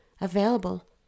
available